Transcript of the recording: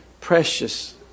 precious